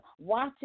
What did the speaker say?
watch